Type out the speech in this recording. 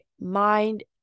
mind